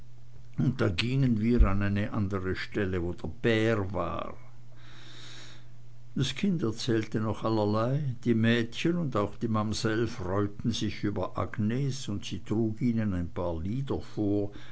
und da gingen wir an eine andere stelle wo der bär war das kind erzählte noch allerlei die mädchen und auch die mamsell freuten sich über agnes und sie trug ihnen ein paar lieder vor